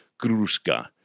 Gruska